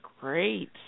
great